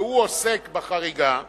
שעוסק בחריגה נאמר: